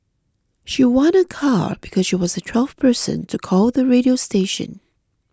she won a car because she was the twelfth person to call the radio station